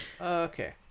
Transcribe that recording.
Okay